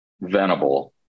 Venable